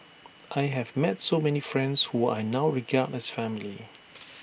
I have met so many friends who I now regard as family